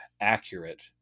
accurate